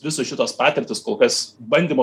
visos šitos patirtys kol kas bandymo